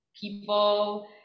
people